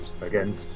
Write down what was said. again